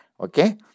okay